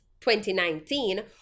2019